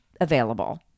available